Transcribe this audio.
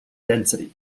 density